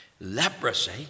Leprosy